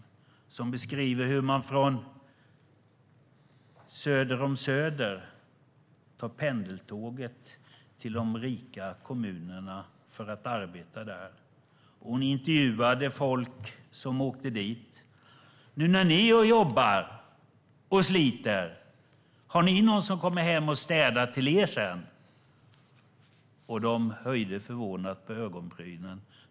Hon beskriver hur man från söder om Söder tar pendeltåget till de rika kommunerna för att arbeta där. Hon intervjuade folk som åkte dit. Randi Mossige-Norheim anmärkte på att de jobbar och sliter, och hon undrade om de har någon som kommer hem och städar hos dem. De höjde förvånat på ögonbrynen.